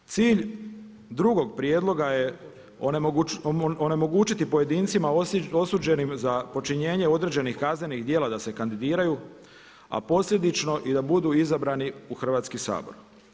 Cilj drugog prijedloga je onemogućiti pojedincima osuđenim za počinjenje određenih kaznenih djela da se kandidiraju, a posljedično i da budu izabrani u Hrvatski sabor.